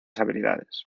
habilidades